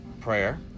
prayer